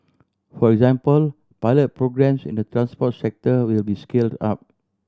for example pilot programmes in the transport sector will be scaled up